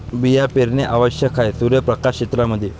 बिया पेरणे आवश्यक आहे सूर्यप्रकाश क्षेत्रां मध्ये